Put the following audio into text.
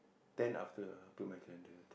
ten after to my calender